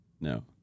No